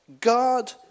God